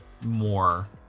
more